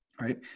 right